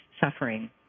suffering